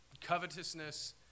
covetousness